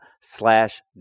slash